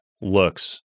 looks